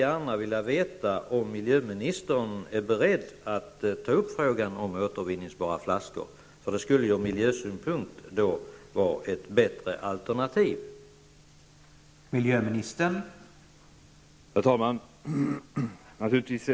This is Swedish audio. Är miljöministern beredd att ta upp frågan om återvinningsbara flaskor? Det skulle vara ett bättre alternativ ur miljösynpunkt.